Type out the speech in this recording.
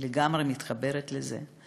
אני לגמרי מתחברת לזה.